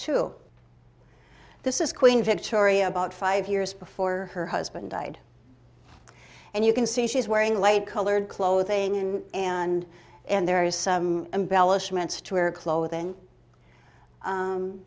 to this is queen victoria about five years before her husband died and you can see she's wearing light colored clothing and and there is some embellishments to wear clothing